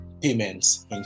payments